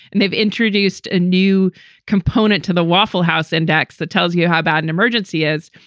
and they've introduced a new component to the waffle house index that tells you how bad an emergency is,